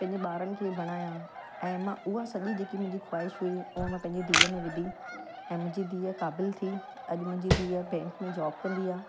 पंहिंजे ॿारनि खे बणायां उहा सॼी जेकी मुंहिंजी ख़्वाइशु हुई उहा मां पंहिंजी धीअ में विधी ऐं मुंहिंजी धीअ क़ाबिलु थी अॼु मुंहिंजी धीअ बैंक में जॉब कंदी आहे